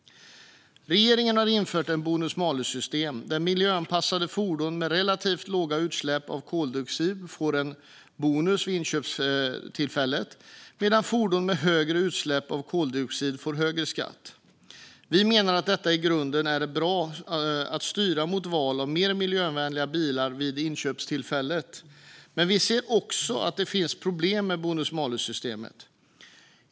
Regeringen har infört ett bonus-malus-system där miljöanpassade fordon med relativt låga utsläpp av koldioxid får en bonus vid inköpstillfället, medan fordon med högre utsläpp av koldioxid får högre skatt. Vi menar att det i grunden är bra att styra mot val av mer miljövänliga bilar vid inköpstillfället, men vi ser också att det finns problem med bonus-malus-systemet.